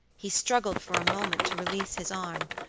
he struggled for a moment to release his arm,